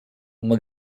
uma